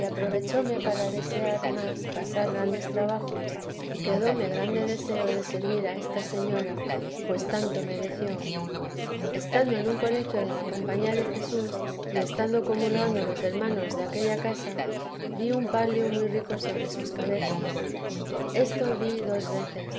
aprovechóme para desear más pasar grandes trabajos y quedóme grande deseo de servir a esta señora pues tanto mereció estando en un colegio de la compañía de jesús y teresa de estando comulgando los hermanos de aquella casa vi un palio muy rico sobre sus cabezas esto vi dos veces